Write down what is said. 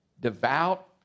devout